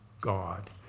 God